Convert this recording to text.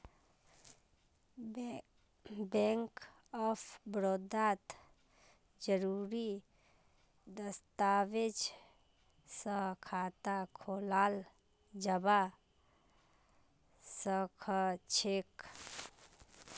bank of बड़ौदात जरुरी दस्तावेज स खाता खोलाल जबा सखछेक